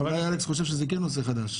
חבר הכנסת אלכס כן חושב שזה נושא חדש.